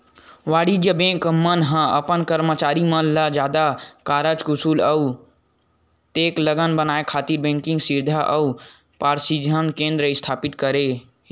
वाणिज्य बेंक मन ह अपन करमचारी मन ल जादा कारज कुसल अउ चेतलग बनाए खातिर बेंकिग सिक्छा अउ परसिक्छन केंद्र इस्थापित करे हे